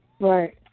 right